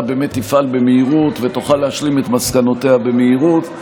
באמת תפעל במהירות ותוכל להשלים את מסקנותיה במהירות.